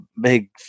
big